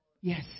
Yes